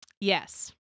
yes